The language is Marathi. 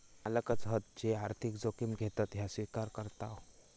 मालकच हत जे आर्थिक जोखिम घेतत ह्या स्विकार करताव